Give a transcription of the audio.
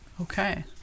Okay